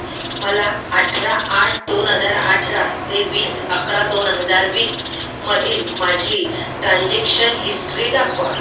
मला अठरा आठ दोन हजार अठरा ते वीस अकरा दोन हजार वीस मधील माझी ट्रान्जेक्शन हिस्ट्री दाखवा